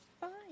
Fine